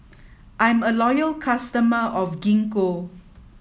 I'm a loyal customer of Gingko